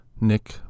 Nick